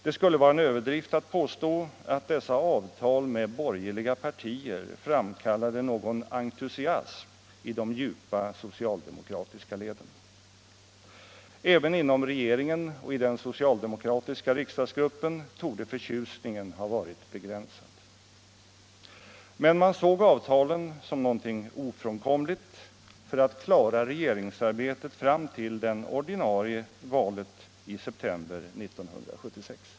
Det skulle vara en överdrift att påstå, att dessa avtal med borgerliga partier framkallade någon entusiasm i de djupa socialdemokratiska leden. Även inom regeringen och i den socialdemokratiska riksdagsgruppen torde förtjusningen ha varit begränsad. Men man såg avtalen som något ofrånkomligt för att klara regeringsarbetet fram till det ordinarie valet i september 1976.